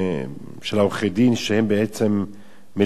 שבעצם מלווים את ההסכם הזה.